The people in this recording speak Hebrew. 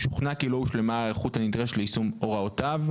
אם שוכנע כי לא הושלמה ההיערכות הנדרשת ליישום הוראותיו.